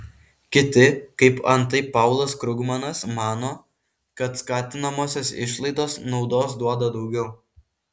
kiti kaip antai paulas krugmanas mano kad skatinamosios išlaidos naudos duoda daugiau